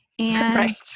Right